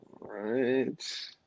Right